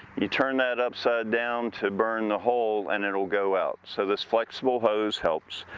you turn that upside down to burn the hole and it'll go out, so this flexible hose helps.